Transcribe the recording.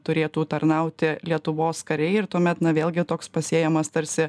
turėtų tarnauti lietuvos kariai ir tuomet na vėlgi toks pasėjamas tarsi